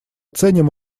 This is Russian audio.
ценим